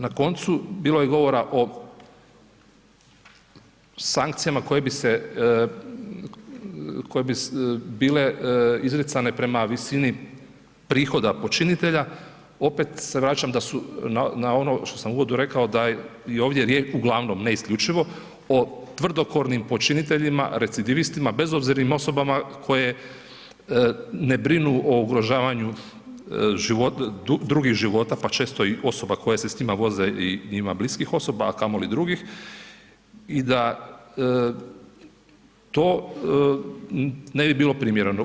Na koncu bilo je govora o sankcijama koje bi bile izricane prema visini prihoda počinitelja, opet se vraćam na ono šta sam u uvodu rekao da je ovdje riječ, uglavnom ne isključivo, o tvrdokornim počiniteljima, recidivistima, bezobzirnim osobama koje ne brinu o ugrožavanju drugih života, pa često i osoba koje se s njima voze i njima bliskih osoba, a kamoli drugih i da to ne bi bilo primjereno.